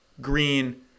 Green